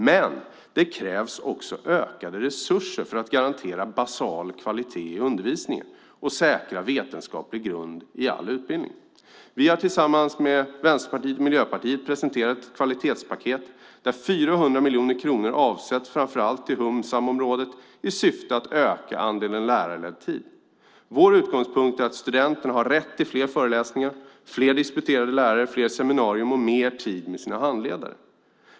Men det krävs också ökade resurser för att garantera basal kvalitet i undervisningen och säkra vetenskaplig grund i all utbildning. Vi har tillsammans med Vänsterpartiet och Miljöpartiet presenterat ett kvalitetspaket där 400 miljoner kronor avsätts framför allt till humsamområdet i syfte att öka andelen lärarledd tid. Vår utgångspunkt är att studenterna har rätt till fler föreläsningar, fler disputerade lärare, fler seminarier och mer tid med sina handledare.